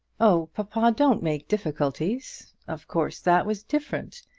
oh, papa, don't make difficulties. of course that was different.